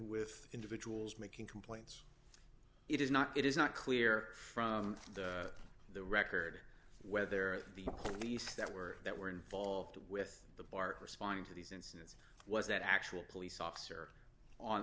with individuals making complaints it is not it is not clear from the record whether the police that were that were involved with the bar responding to these instances was that actual police officer